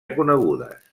conegudes